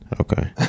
Okay